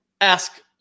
ask